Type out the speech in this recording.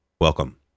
welcome